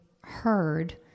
heard